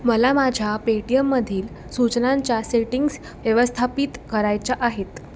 मला माझ्या पेटीएममधील सूचनांच्या सेटिंग्स व्यवस्थापित करायच्या आहेत